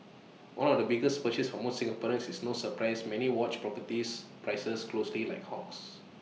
one of the biggest purchase for most Singaporeans it's no surprise many watch properties prices closely like hawks